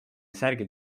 särgi